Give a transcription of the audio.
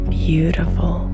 beautiful